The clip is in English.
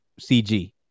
CG